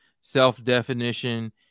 self-definition